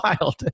wild